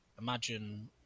imagine